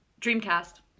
Dreamcast